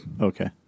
Okay